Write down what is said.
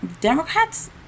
democrats